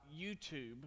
YouTube